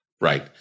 Right